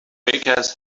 bakers